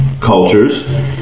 cultures